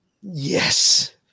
Yes